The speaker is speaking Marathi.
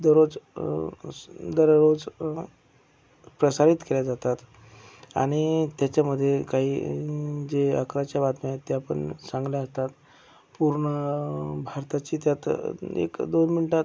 दररोज असं दररोज प्रसारित केल्या जातात आणि त्याच्यामध्ये काही जे अकराच्या बातम्या आहेत त्या पण चांगल्या हंतात पूर्ण भारताची त्यात एकदोन मिनिटांत